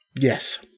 yes